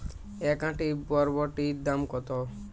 এক আঁটি বরবটির দাম কত?